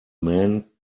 men